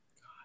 God